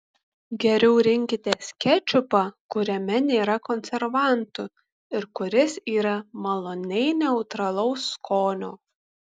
geriau rinkitės kečupą kuriame nėra konservantų ir kuris yra maloniai neutralaus skonio